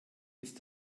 ist